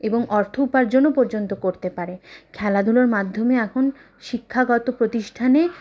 এবং অর্থ উপার্জনও পর্যন্ত করতে পারে খেলাধুলোর মাধ্যমে এখন শিক্ষাগত প্রতিষ্ঠানে